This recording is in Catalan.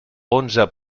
onze